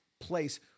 place